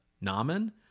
Namen